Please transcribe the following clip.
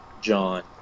John